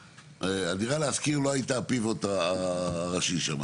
הדירה להשכיר לא הייתה הפיבוט הראשי שם.